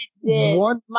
one